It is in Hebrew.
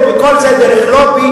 דנו ב-Yellow ובכל זה דרך לובי.